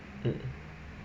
mm